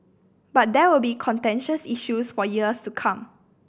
but there will be contentious issues for years to come